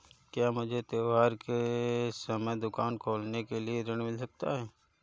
क्या मुझे त्योहार के समय दुकान खोलने के लिए ऋण मिल सकता है?